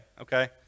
okay